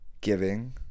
Giving